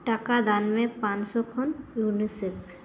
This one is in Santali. ᱴᱟᱠᱟ ᱫᱟᱱ ᱢᱮ ᱯᱟᱸᱪ ᱥᱚ ᱠᱷᱚᱱ ᱤᱭᱩᱱᱤᱥᱮᱯ